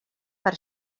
per